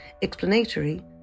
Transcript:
explanatory